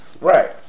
Right